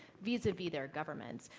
vis-a-vis their governments.